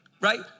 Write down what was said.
right